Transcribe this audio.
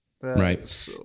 right